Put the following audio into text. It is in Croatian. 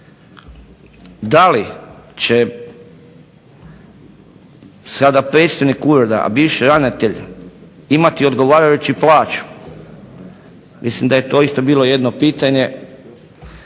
Da li će sada predstojnik ureda, a bivši ravnatelj imati odgovarajuću plaću mislim da je to bilo isto jedno pitanje,